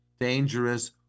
dangerous